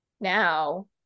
Now